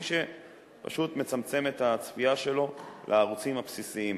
מי שמצמצם את הצפייה שלו לערוצים הבסיסיים,